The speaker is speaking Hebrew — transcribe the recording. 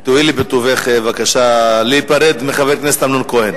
תואילי בטובך בבקשה להיפרד מחבר הכנסת אמנון כהן,